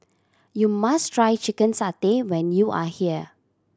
you must try chicken satay when you are here